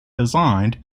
designed